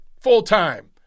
full-time